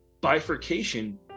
bifurcation